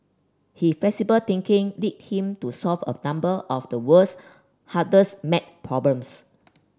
he flexible thinking lead him to solve a number of the world's hardest maths problems